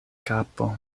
kapo